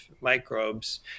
microbes